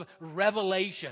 revelation